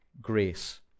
grace